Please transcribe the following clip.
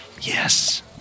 Yes